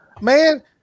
Man